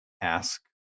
ask